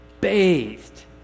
bathed